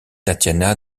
tatiana